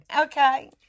Okay